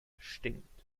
stinkt